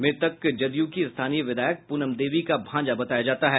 मृतक जदय्र की स्थानीय विधायक प्रनम देवी का भांजा बताया जाता है